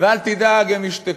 ואל תדאג, הם ישתקו.